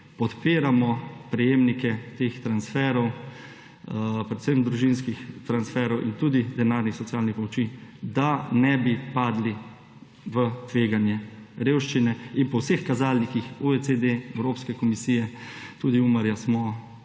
podpiramo prejemnike teh transferov, predvsem družinskih transferov in tudi denarnih socialnih pomoči, da ne bi padli v tveganje za revščino. Po vseh kazalnikih OECD, Evropske komisije, tudi UMAR smo